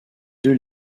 deux